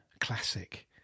classic